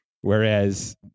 Whereas